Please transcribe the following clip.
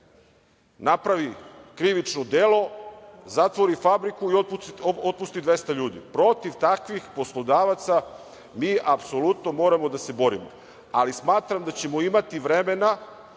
napravi krivično delo, zatvori fabriku i otpusti 200 ljudi. Protiv takvih poslodavaca mi apsolutno moramo da se borimo. Smatram da ćemo imati vremena